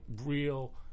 real